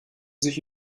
sich